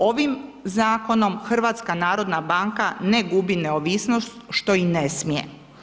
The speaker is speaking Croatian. Ovim zakonom HNB ne gubi neovisnost, što i ne smije.